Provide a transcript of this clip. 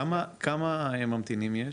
כמה ממתינים יש?